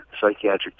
psychiatric